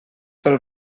pel